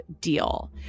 deal